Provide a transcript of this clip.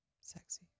Sexy